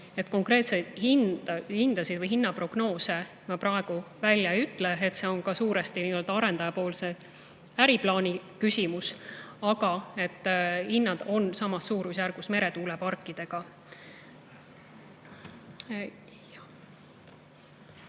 Konkreetseid hindasid või hinnaprognoose ma praegu välja ei ütle, see on suuresti arendaja äriplaani küsimus, aga hinnad on samas suurusjärgus meretuuleparkides